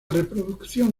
reproducción